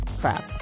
crap